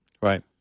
Right